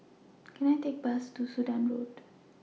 Can I Take A Bus to Sudan Road